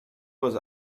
was